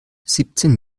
siebzehn